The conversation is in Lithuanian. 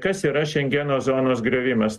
kas yra šengeno zonos griuvimas